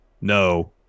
No